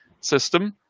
system